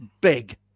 big